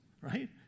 Right